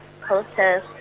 posters